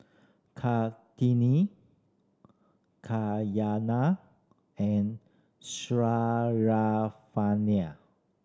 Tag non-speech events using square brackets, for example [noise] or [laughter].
Kartini Cayana and [unintelligible]